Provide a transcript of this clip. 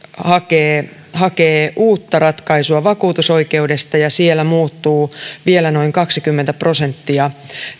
hakee hakee uutta ratkaisua vakuutusoikeudesta ja siellä muuttuu vielä noin kaksikymmentä prosenttia